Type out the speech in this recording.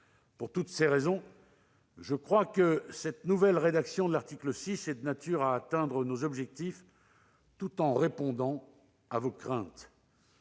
Pour toutes ces raisons, je crois que cette nouvelle rédaction de l'article 6 est de nature à atteindre nos objectifs, tout en répondant à vos craintes.